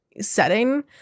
setting